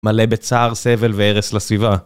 מלא בצער, סבל והרס לסביבה.